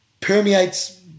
permeates